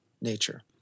nature